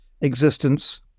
existence